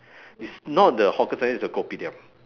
it's not the hawker center it's the kopitiam